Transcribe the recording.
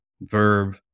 verb